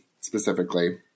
specifically